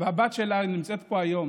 והבת שלה נמצאת פה היום